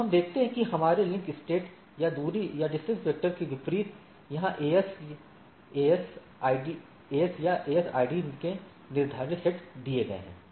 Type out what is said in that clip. जो हम देखते हैं कि हमारे लिंक स्टेट या आपकी दूरी वेक्टर के विपरीत यहां एएस या एएस आईडी के निर्धारित सेट दिए गए हैं